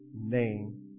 name